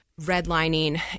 redlining